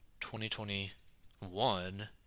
2021